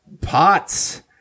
pots